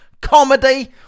comedy